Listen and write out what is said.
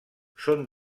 són